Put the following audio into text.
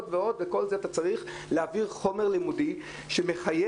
בתוך כל זה אתה צריך להעביר חומר לימודי שמחייב,